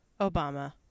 Obama